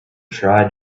tried